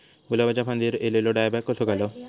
गुलाबाच्या फांदिर एलेलो डायबॅक कसो घालवं?